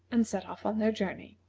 and set off on their journey.